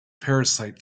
parasite